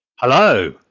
Hello